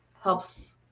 helps